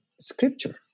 scripture